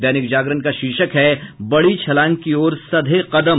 दैनिक जागरण का शीर्षक है बड़ी छलांग की ओर सधे कदम